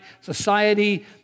society